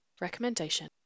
Recommendation